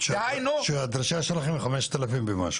דהיינו --- שהדרישה שלכם היא חמשת אלפים ומשהו?